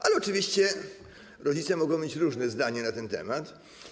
Ale oczywiście rodzice mogą mieć różne zdanie na ten temat.